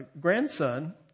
grandson